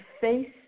face